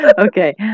Okay